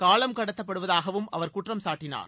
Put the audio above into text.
காலம் கடத்தப்படுவதாகவும் அவர் குற்றம் சாட்டினார்